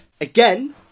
Again